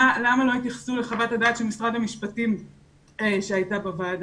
למה לא התייחסו לחוות הדעת של משרד המשפטים שהייתה בוועדה?